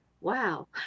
wow